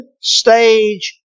stage